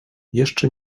jeszcze